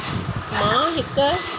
मां हिकु